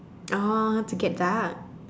oh to get dark